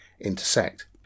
intersect